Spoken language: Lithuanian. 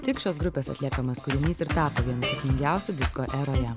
tik šios grupės atliekamas kūrinys ir tapo sėkmingiausiu disko eroje